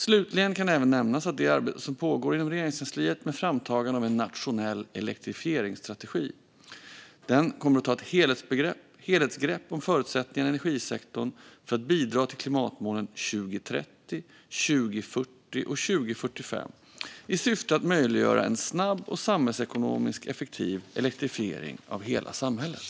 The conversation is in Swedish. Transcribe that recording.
Slutligen kan även nämnas det arbete som pågår inom Regeringskansliet med framtagandet av en nationell elektrifieringsstrategi. Den ska ta ett helhetsgrepp om förutsättningarna i energisektorn för att bidra till klimatmålen 2030, 2040 och 2045 i syfte att möjliggöra en snabb och samhällsekonomiskt effektiv elektrifiering av hela samhället.